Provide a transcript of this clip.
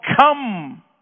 come